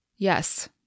Yes